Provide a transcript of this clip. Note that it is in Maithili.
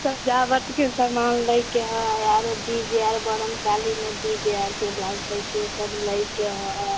सजावटके समान लैके हइ आरो डी जे आर बढ़िमका लेबै डी जे आर ई सब लैके हइ